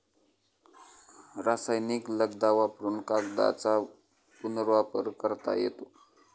रासायनिक लगदा वापरुन कागदाचा पुनर्वापर करता येतो